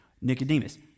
Nicodemus